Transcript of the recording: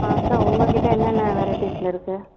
ஆ sir உங்கள்கிட்ட என்னென்ன வெரைட்டீஸில் இருக்கு